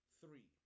Three